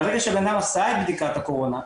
מהרגע שהאדם עשה את בדיקת הקורונה,